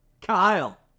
Kyle